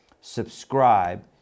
subscribe